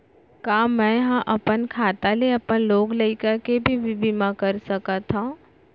का मैं ह अपन खाता ले अपन लोग लइका के भी बीमा कर सकत हो